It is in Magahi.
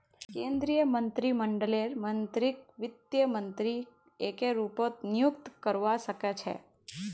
केन्द्रीय मन्त्रीमंडललेर मन्त्रीकक वित्त मन्त्री एके रूपत नियुक्त करवा सके छै